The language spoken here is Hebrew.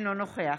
אינו נוכח